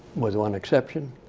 with one exception.